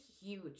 huge